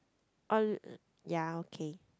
or l~ ya okay